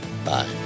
Bye